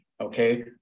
okay